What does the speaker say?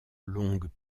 longues